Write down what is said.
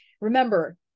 Remember